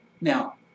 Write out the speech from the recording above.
Now